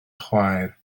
chwaer